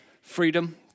freedom